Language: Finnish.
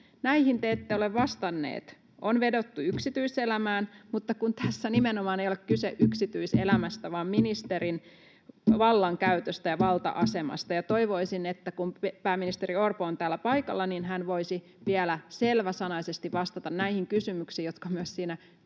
Näihin te ette ole vastanneet. On vedottu yksityiselämään, mutta kun tässä nimenomaan ei ole kyse yksityiselämästä, vaan ministerin vallankäytöstä ja valta-asemasta, ja toivoisin, että kun pääministeri Orpo on täällä paikalla, niin hän voisi vielä selväsanaisesti vastata näihin kysymyksiin, jotka myös siinä